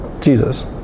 Jesus